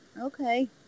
Okay